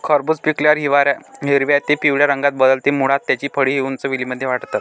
खरबूज पिकल्यावर हिरव्या ते पिवळ्या रंगात बदलते, मुळात त्याची फळे उंच वेलींमध्ये वाढतात